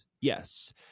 Yes